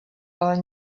ale